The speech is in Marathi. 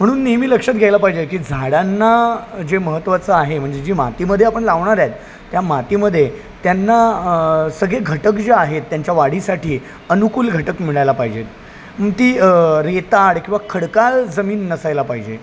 म्हणून नेहमी लक्षात घ्यायला पाहिजे की झाडांना जे महत्त्वाचं आहे म्हणजे जी मातीमध्ये आपण लावणार आहेत त्या मातीमध्ये त्यांना सगळे घटक जे आहेत त्यांच्या वाढीसाठी अनुकूल घटक मिळायला पाहिजेत ती रेताड किंवा खडकाळ जमीन नसायला पाहिजे